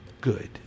good